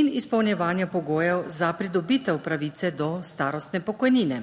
in izpolnjevanja pogojev za pridobitev pravice do starostne pokojnine.